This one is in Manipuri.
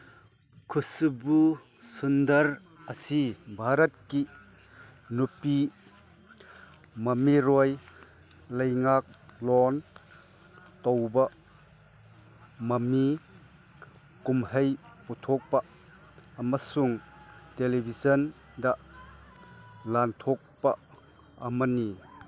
ꯈꯨꯁꯕꯨ ꯁꯨꯟꯗꯔ ꯑꯁꯤ ꯚꯥꯔꯠꯀꯤ ꯅꯨꯄꯤ ꯃꯃꯤꯔꯣꯏ ꯂꯩꯉꯥꯛꯂꯣꯟ ꯇꯧꯕ ꯃꯃꯤ ꯀꯨꯝꯍꯩ ꯄꯨꯊꯣꯛꯄ ꯑꯃꯁꯨꯡ ꯇꯦꯂꯤꯚꯤꯖꯟꯗ ꯂꯥꯟꯊꯣꯛꯄ ꯑꯃꯅꯤ